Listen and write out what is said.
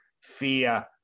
fear